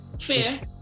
fair